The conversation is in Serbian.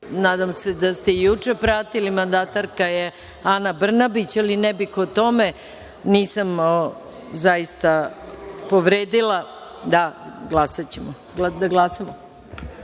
Nadam se da ste juče pratili, mandatarka je Ana Brnabić, ali ne bih o tome. Nisam zaista povredila Poslovnik, jer